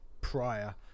prior